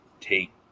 take